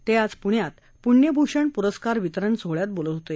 ते आज पुण्यात पुण्यभूषण पुरस्कार वितरण सोहळ्यात बोलत होते